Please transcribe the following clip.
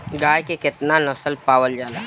गाय के केतना नस्ल पावल जाला?